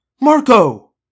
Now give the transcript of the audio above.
Marco